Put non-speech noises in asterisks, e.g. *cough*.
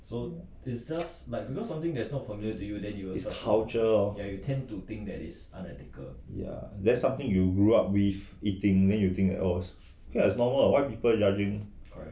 *noise* is culture ya then something you grow up with eating then is normal what why people judging